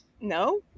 no